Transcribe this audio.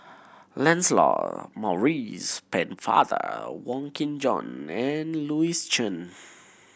Lancelot Maurice Pennefather Wong Kin Jong and Louis Chen